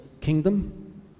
kingdom